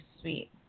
sweet